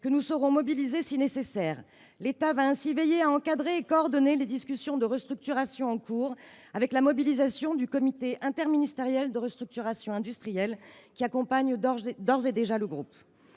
que nous saurons mobiliser si nécessaire. Avec quels moyens ? L’État veillera ainsi à encadrer et coordonner les discussions de restructuration en cours, avec la mobilisation du comité interministériel de restructuration industrielle qui accompagne d’ores et déjà le groupe.